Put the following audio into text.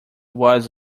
was